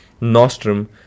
Nostrum